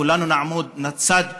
כולנו נעמוד בצד שלכם.